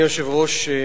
אדוני היושב-ראש,